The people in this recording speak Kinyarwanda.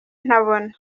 ntabona